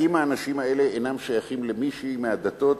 אם האנשים האלה אינם שייכים למי מהדתות